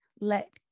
let